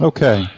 Okay